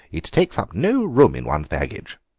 it takes up no room in one's baggage.